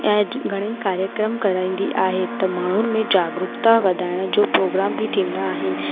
ऐं घणेई कार्यक्रम कराईंदी आहे त माण्हुनि में जागरुक्ता वधाइण जो प्रोग्राम बि थींदा आहिनि